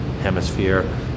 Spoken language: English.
hemisphere